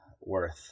worth